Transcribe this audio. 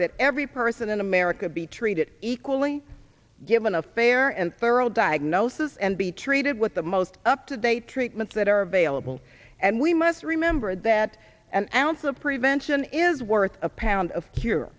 that every person in america be treated equally given a fair and thorough diagnosis and be treated with the most up to date treatments that are available and we must remember that an ounce of prevention is worth a pound of cure